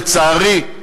לצערי,